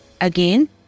again